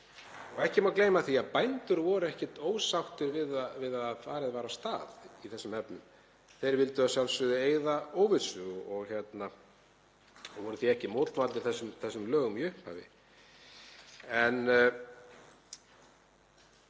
Ekki má gleyma því að bændur voru ekkert ósáttir við það að farið var af stað í þessum efnum. Þeir vildu að sjálfsögðu eyða óvissu og voru því ekki mótfallnir þessum lögum í upphafi. Ég